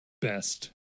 best